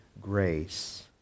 grace